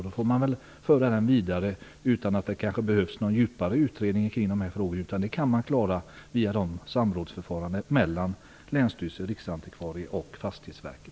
Då får man väl föra den vidare utan att det kanske behövs någon djupare utredning kring dessa frågorna. Man kanske kan klara dem via samrådsförfarandet mellan länsstyrelsen, Riksantikvarien och Fastighetsverket.